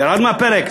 ירד מהפרק,